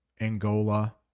angola